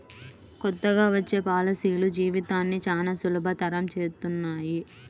కొత్తగా వచ్చే పాలసీలు జీవితాన్ని చానా సులభతరం చేస్తున్నాయి